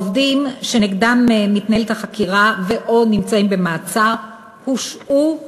העובדים שנגדם מתנהלת החקירה או נמצאים במעצר הושעו מעבודתם.